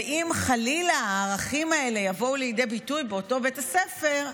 ואם חלילה הערכים האלה יבואו לידי ביטוי באותו בית הספר,